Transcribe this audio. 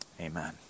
Amen